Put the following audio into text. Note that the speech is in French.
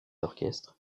orchestres